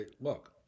Look